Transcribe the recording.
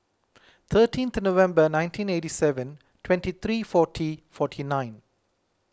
thirteenth November nineteen eighty seven twenty three forty forty nine